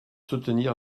soutenir